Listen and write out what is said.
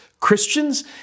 Christians